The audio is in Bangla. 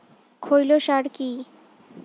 খৈল সার কি?